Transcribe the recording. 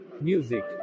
Music